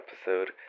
episode